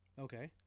Okay